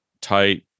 tight